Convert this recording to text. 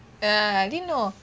ya I didn't know